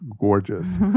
gorgeous